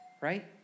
right